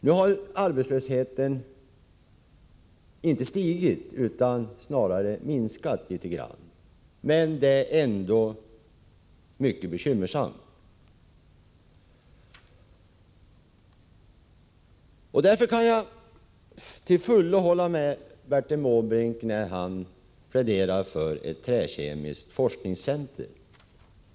Nu har arbetslösheten inte stigit utan snarare minskat litet grand, men det är ändå mycket bekymmersamt. Därför kan jag till fullo hålla med Bertil Måbrink när han pläderar för ett träkemiskt forskningscenter.